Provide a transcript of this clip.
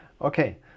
Okay